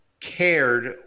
cared